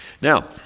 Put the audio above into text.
Now